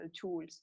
tools